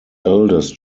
eldest